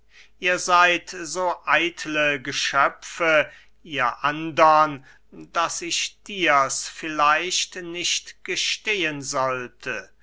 ihr seyd so eitle geschöpfe ihr andern daß ich dirs vielleicht nicht gestehen sollte